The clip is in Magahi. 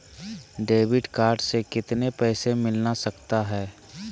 डेबिट कार्ड से कितने पैसे मिलना सकता हैं?